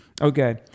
Okay